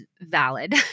valid